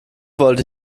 wollte